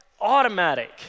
automatic